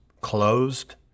closed